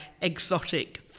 exotic